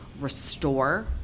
restore